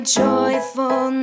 joyful